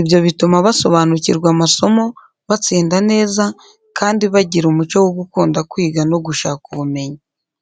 Ibyo bituma basobanukirwa amasomo, batsinda neza, kandi bagira umuco wo gukunda kwiga no gushaka ubumenyi.